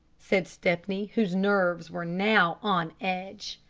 said stepney, whose nerves were now on edge.